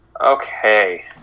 Okay